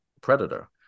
Predator